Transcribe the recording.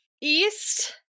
east